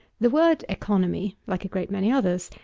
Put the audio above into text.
the word economy, like a great many others,